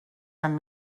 from